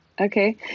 Okay